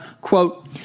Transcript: quote